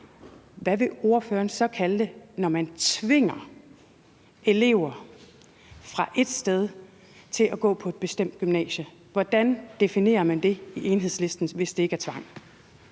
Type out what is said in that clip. Hvad vil ordføreren så kalde det, når man tvinger elever fra et sted til at gå på et bestemt gymnasie et andet sted? Hvordan definerer man det i Enhedslisten, hvis det ikke er tvang?